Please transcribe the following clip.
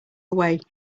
away